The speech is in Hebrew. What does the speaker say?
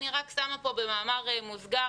אני שמה כאן במאמר מוסגר,